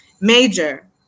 major